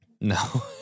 No